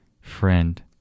friend